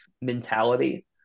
mentality